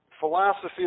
philosophy